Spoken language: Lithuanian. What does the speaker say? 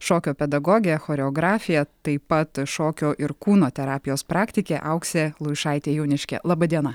šokio pedagogė choreografija taip pat šokio ir kūno terapijos praktikė auksė luišaitė jauniškė laba diena